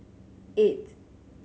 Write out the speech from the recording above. eight